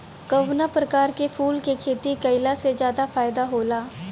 कवना प्रकार के फूल के खेती कइला से ज्यादा फायदा होला?